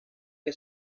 que